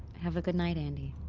have a goodnight, andi